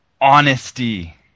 honesty